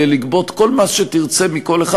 לגבות כל מס שתרצה מכל אחד,